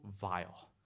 vile